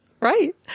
right